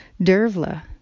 Dervla